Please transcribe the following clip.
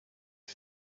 end